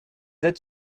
aides